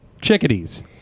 Chickadees